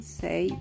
say